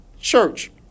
church